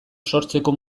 sortzeko